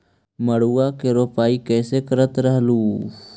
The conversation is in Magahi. मड़उआ की रोपाई कैसे करत रहलू?